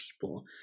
people